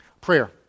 Prayer